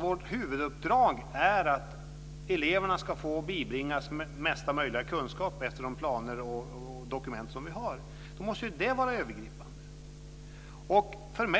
vårt huvuduppdrag är att eleverna ska bibringas mesta möjliga kunskap enligt de planer och dokument som vi har, måste det vara det övergripande målet.